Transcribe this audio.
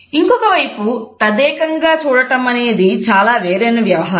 ఇంకొకవైపు తదేకంగా చూడటం అనేది చాలా వేరైనా వ్యవహారం